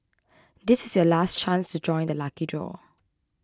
this is your last chance to join the lucky draw